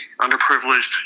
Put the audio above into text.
underprivileged